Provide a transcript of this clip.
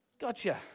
Gotcha